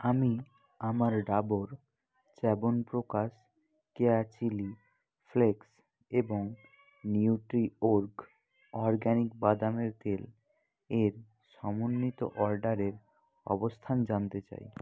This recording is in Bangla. আমি আমার ডাবর চ্যবনপ্রাশ কেয়া চিলি ফ্লেক্স এবং নিউট্রিওর্গ অরগ্যানিক বাদামের তেলের সমন্বিত অর্ডারের অবস্থান জানতে চাই